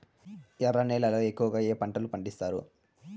ఎర్ర నేలల్లో ఎక్కువగా ఏ పంటలు పండిస్తారు